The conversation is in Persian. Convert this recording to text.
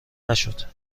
نشد